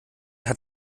hat